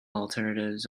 alternatives